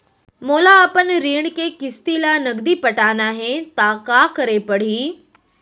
मोला अपन ऋण के किसती ला नगदी पटाना हे ता का करे पड़ही?